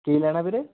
ਕੀ ਲੈਣਾ ਵੀਰੇ